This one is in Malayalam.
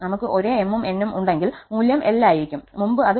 ഞങ്ങൾക്ക് ഒരേ 𝑚ഉം𝑛ഉം ഉണ്ടെങ്കിൽ മൂല്യം 𝑙 ആയിരിക്കും മുമ്പ് അത് π